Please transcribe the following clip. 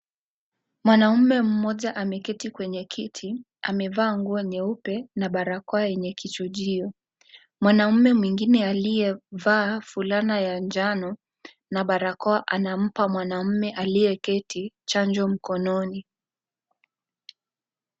Mwanaume mmoja ameketi kwenye kiti ameva nguo nyeupe na barakoa yenye kichunjio. Mwanaume mwingine alie vaa fulana ya njano na barakoa anampa mwanamume alieketi chanjo mkononi.